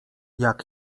jak